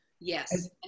Yes